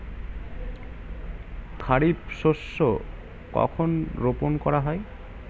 খারিফ শস্য কখন রোপন করা হয়?